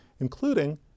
including